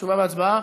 תשובה והצבעה.